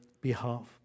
behalf